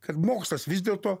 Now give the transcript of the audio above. kad mokslas vis dėlto